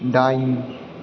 दाइन